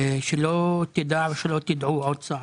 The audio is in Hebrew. שלא תדעו עוד צער.